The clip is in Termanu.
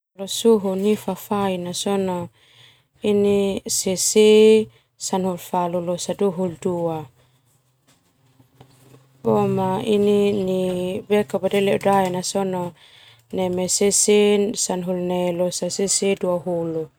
Suhu nai fafai na sona sese sana hulu falu losa dua hulu dua boma ledo dae na sona neme sese sana hulu ne losa sese dua hulu.